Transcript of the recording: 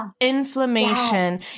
Inflammation